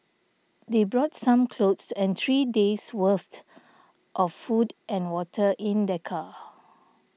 they brought some clothes and three days' worth of food and water in their car